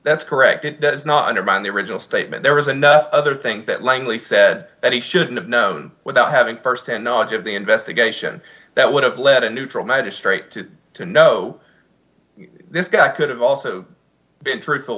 that's correct it does not undermine the original statement there are other things that langley said that he shouldn't have known without having firsthand knowledge of the investigation that would have led a neutral magistrate to to know this guy could have also been truthful